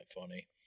funny